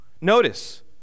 Notice